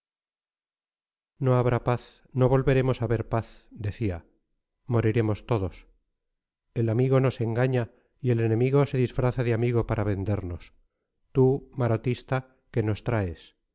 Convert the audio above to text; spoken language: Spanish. no habrá paz no volveremos a ver paz decía moriremos todos el amigo nos engaña y el enemigo se disfraza de amigo para vendernos tú marotista qué nos traes